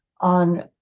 on